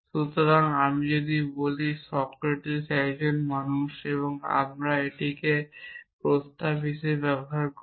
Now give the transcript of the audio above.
সুতরাং যদি আমি বলি সক্রেটিস একজন মানুষ আমরা এটিকে আগে একটি প্রস্তাব হিসাবে বিবেচনা করি